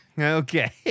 Okay